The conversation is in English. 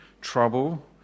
trouble